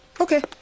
Okay